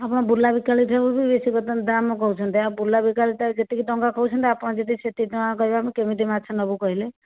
ଆପଣ ବୁଲା ବିକାଳୀଠାରୁ ବି ବେଶୀ ଦାମ୍ କହୁଛନ୍ତି ବୁଲା ବିକାଳୀ ଯେତିକି ଟଙ୍କା କହୁଛନ୍ତି ଆପଣ ଯଦି ସେତିକି ଟଙ୍କା କହିବେ ଆମେ କେମିତି ମାଛ ନେବୁ କହିଲେ